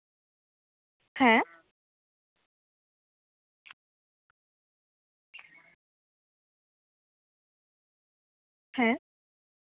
ᱦᱮᱸ ᱦᱮᱸ